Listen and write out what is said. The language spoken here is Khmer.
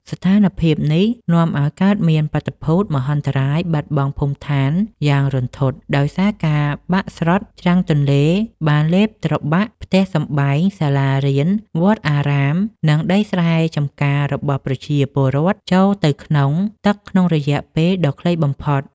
ស្ថានភាពនេះនាំឱ្យកើតមានបាតុភូត មហន្តរាយបាត់បង់ភូមិឋាន យ៉ាងរន្ធត់ ដោយសារការបាក់ស្រុតច្រាំងទន្លេបានលេបត្របាក់ផ្ទះសម្បែង សាលារៀន វត្តអារាម និងដីស្រែចម្ការរបស់ប្រជាពលរដ្ឋចូលទៅក្នុងទឹកក្នុងរយៈពេលដ៏ខ្លីបំផុត។